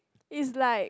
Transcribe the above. is like